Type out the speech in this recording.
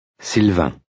Sylvain